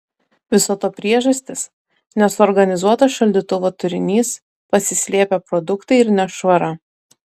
viso to priežastys nesuorganizuotas šaldytuvo turinys pasislėpę produktai ir nešvara